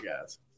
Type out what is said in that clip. guys